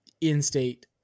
in-state